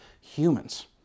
humans